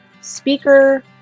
speaker